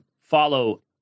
follow